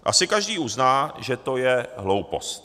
Asi každý uzná, že to je hloupost.